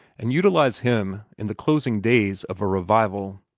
and utilize him in the closing days of a revival.